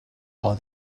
are